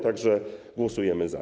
Tak że głosujemy za.